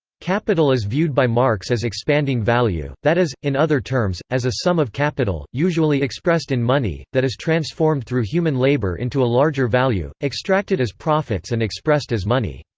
capital is viewed by marx as expanding value, that is, in other terms, as a sum of capital, usually expressed in money, that is transformed through human labor into a larger value, extracted as profits and expressed as money.